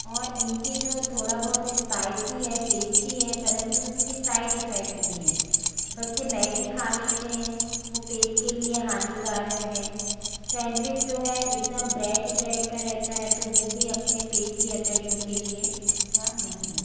और इनके जो थोड़ा बहुत स्पाइसी है टेस्टी है परन्तु इसके साइड इफ़ेक्ट भी हैं बच्चे मैगी खा लेते हैं वो पेट के लिए हानिकारक है सैंडविच जो है एक दम ब्रेड ही ब्रेड का रहता है वो भी अपने पेट की अतड़ीयों के लिए अच्छा नहीं है